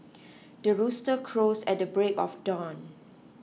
the rooster crows at the break of dawn